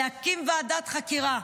דיברת קודם על להקים ועדת חקירה.